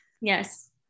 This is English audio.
yes